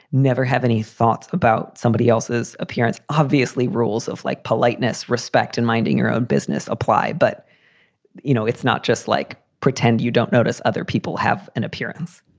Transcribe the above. never have any thoughts about somebody else's appearance. obviously rules of like politeness, respect and minding your own business apply. but you know, it's not just like pretend you don't notice other people have an appearance,